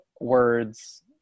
words